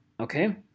okay